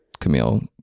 camille